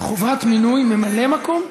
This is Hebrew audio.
חובת מינוי ממלא מקום?